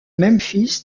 memphis